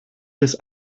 des